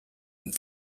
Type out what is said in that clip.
and